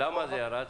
למה זה ירד?